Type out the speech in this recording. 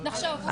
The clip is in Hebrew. נחשוב.